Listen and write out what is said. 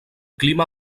clima